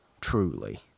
truly